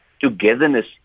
togetherness